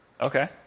Okay